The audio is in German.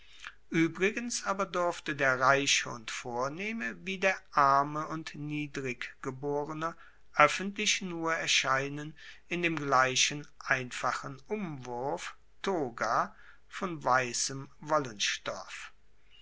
uebrigens aber durfte der reiche und vornehme wie der arme und niedriggeborene oeffentlich nur erscheinen in dem gleichen einfachen umwurf toga von weissem